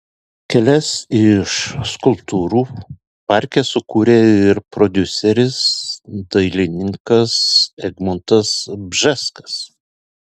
kelias iš skulptūrų parke sukūrė ir prodiuseris dailininkas egmontas bžeskas